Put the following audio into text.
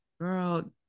girl